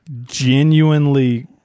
genuinely